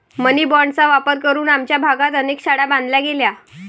मनी बाँडचा वापर करून आमच्या भागात अनेक शाळा बांधल्या गेल्या